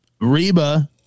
Reba